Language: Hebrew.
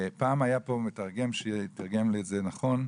פעם היה פה מתרגם שתרגם לי את זה נכון,